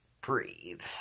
Breathe